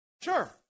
Sure